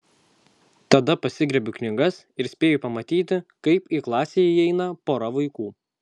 tada pasigriebiu knygas ir spėju pamatyti kaip į klasę įeina pora vaikų